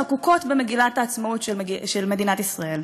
חקוקות, במגילת העצמאות של מדינת ישראל.